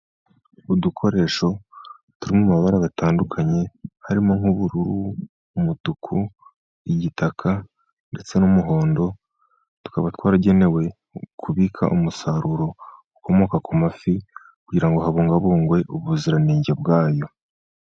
Udukoresho, turi mu mabara atandukanye; harimo nk'ubururu, umutuku, n'igitaka, ndetse n'umuhondo, tukaba twaragenewe kubika umusaruro ukomoka ku mafi, kugira ngo habungwabungwe ubuziranenge bwayo.